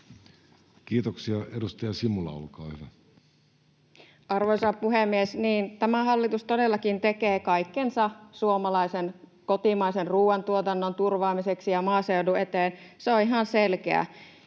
muuttamisesta Time: 15:03 Content: Arvoisa puhemies! Tämä hallitus todellakin tekee kaikkensa suomalaisen, kotimaisen ruoantuotannon turvaamiseksi ja maaseudun eteen, se on ihan selkeää,